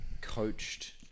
coached